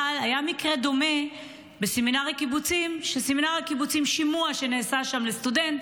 היה מקרה דומה בסמינר הקיבוצים: שימוע שנעשה שם לסטודנט